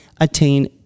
attain